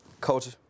culture